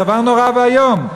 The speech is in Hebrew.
זה דבר נורא ואיום.